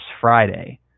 Friday